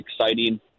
exciting